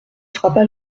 frappa